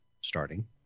starting